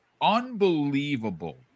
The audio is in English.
unbelievable